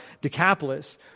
Decapolis